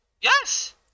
yes